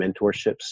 mentorships